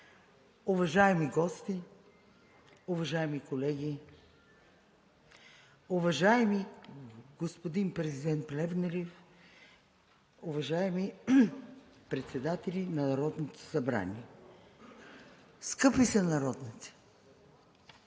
уважаеми гости, уважаеми колеги, уважаеми господин президент Плевнелиев, уважаеми председатели на Народното събрание, скъпи сънародници!